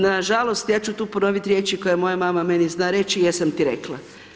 Nažalost, ja ću tu ponoviti riječi koje moja mama meni zna reći: „Jesam ti rekla.